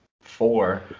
four